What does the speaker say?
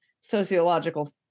sociological